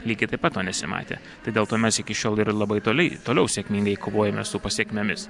lygiai taip pat to nesimatė tai dėl to mes iki šiol ir labai toli toliau sėkmingai kovojame su pasekmėmis